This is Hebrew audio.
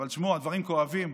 אבל תשמעו, הדברים כואבים.